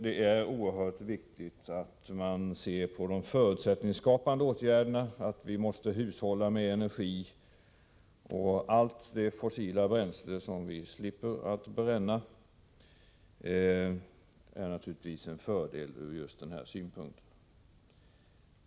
Det är oerhört viktigt att vi går igenom de förutsättningsskapande åtgärderna och att vi hushållar med energi. Alla de fossila bränslen som vi slipper bränna är naturligtvis en fördel ur just den här synpunkten.